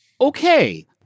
Okay